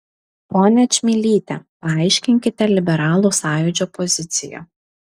ponia čmilyte paaiškinkite liberalų sąjūdžio poziciją